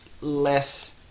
less